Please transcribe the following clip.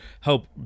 help